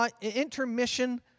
intermission